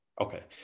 Okay